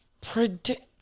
predict